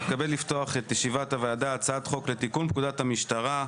אני מתכבד לפתוח את ישיבת הוועדה לדיון בהצעת חוק לתיקון פקודת המשטרה,